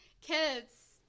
kids